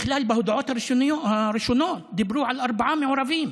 בכלל, בהודעות הראשונות דיברו על ארבעה מעורבים,